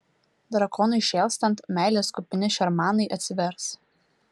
drakonui šėlstant meilės kupini šermanai atsivers